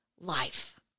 life